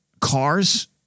cars